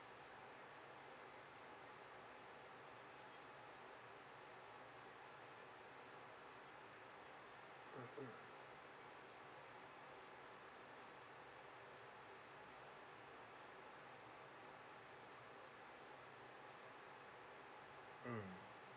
mm